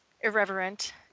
irreverent